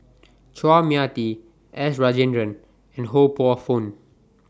Chua Mia Tee S Rajendran and Ho Poh Fun